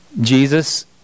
Jesus